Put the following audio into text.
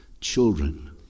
children